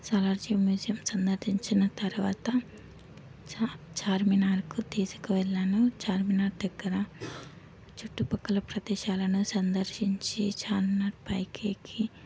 Salar Jung museum సందర్శించిన తర్వాత చా చార్మినార్కు తీసుకు వెళ్ళాను చార్మినార్ దగ్గర చుట్టుపక్కల ప్రదేశాలను సందర్శించి చార్మినార్ పైకి ఎక్కి